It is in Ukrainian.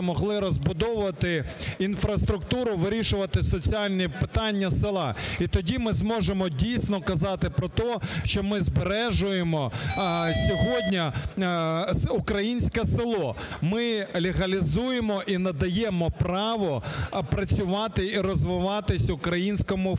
могли розбудовувати інфраструктуру, вирішувати соціальні питання села. І тоді ми зможемо дійсно казати про те, що ми зберігаємо сьогодні українське село. Ми легалізуємо і надаємо право працювати і розвиватись українському фермеру.